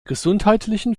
gesundheitlichen